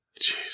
Jeez